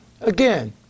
Again